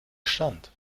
stand